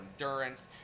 endurance